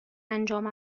انجام